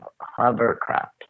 hovercraft